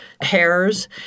hairs